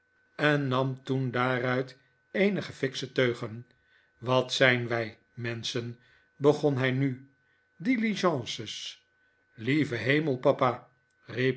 en nam toen daaruit eenige fiksche teugen wat zijn wij menschen begon hij nu diligences lieve hemel papa